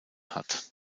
hat